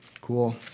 Cool